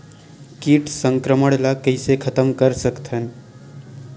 कीट संक्रमण ला कइसे खतम कर सकथन?